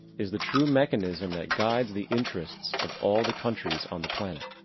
is the true mechanism, that guides the interests of all the countries on the planet.